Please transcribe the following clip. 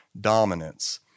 dominance